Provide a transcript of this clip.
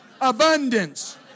Abundance